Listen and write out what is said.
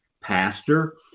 pastor